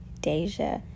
Deja